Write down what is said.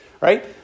right